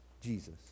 Jesus